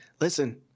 Listen